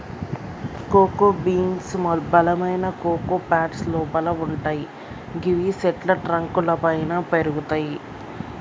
cocoa beans బలమైన cocoa pods లోపల వుంటయ్ గివి చెట్ల ట్రంక్ లపైన పెరుగుతయి